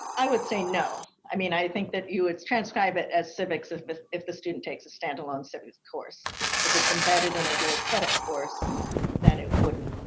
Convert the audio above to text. i would say no i mean i think that you its transcribe it as civics if if the student takes a standalone service course if it's embedded in a dual credit course then it wouldn't